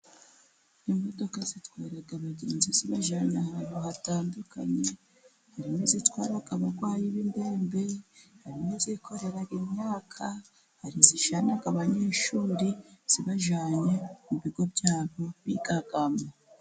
Imodoka zitwara abagenzi zibajyana ahantu hatandukanye, harimo izitwara abarwayi b'indembe, hari n'izikorera imyaka, hari izijyana abanyeshuri zibajyanye mu bigo byabo bigamo.